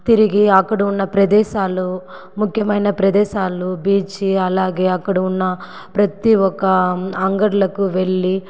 తిరిగి అక్కడ ఉన్న ప్రదేశాలు ముఖ్యమైన ప్రదేశాలు బీచి అలాగే అక్కడ ఉన్న ప్రతి ఒక్క అంగడ్లకు వెళ్ళి